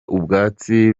ubwatsi